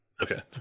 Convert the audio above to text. Okay